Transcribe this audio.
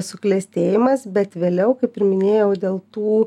suklestėjimas bet vėliau kaip ir minėjau dėl tų